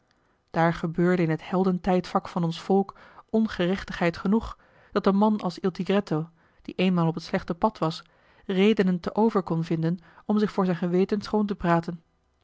daar gebeurde in het heldentijdvak van ons volk ongerechtigheid genoeg dat een man als il tigretto die eenmaal op het slechte pad was redenen te over kon vinden om zich voor zijn geweten schoon te praten